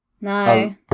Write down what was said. no